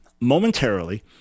momentarily